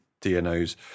DNOs